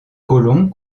colomb